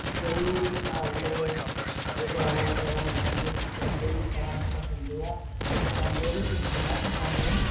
ਕਈ ਹਲ ਵਗੈਰਾ ਵਗੈਰਾ ਇੱਦਾਂ ਦੀਆਂ ਚੀਜ਼ਾਂ ਕਈ ਤਰ੍ਹਾਂ ਦੀਆਂ ਦਿੰਦੇ ਹੈ ਉਹ ਕਹਿੰਦੇ ਵੀ ਤੁਸੀਂ ਨਾ ਕਿੰਨਾ ਨਹੀਂ